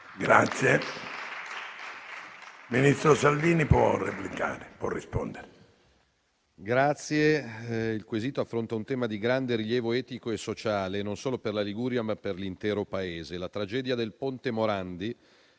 il quesito affronta un tema di grande rilievo etico e sociale non solo per la Liguria, ma per l'intero Paese. La tragedia del Ponte Morandi,